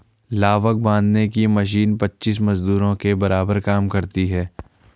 लावक बांधने की मशीन पच्चीस मजदूरों के बराबर काम करती है